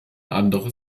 andere